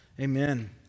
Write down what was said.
Amen